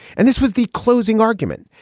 and this was the closing argument.